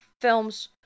films